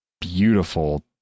beautiful